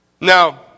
Now